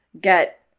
get